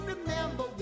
remember